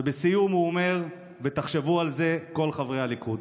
ובסיום הוא אומר: ותחשבו על זה, כל חברי הליכוד.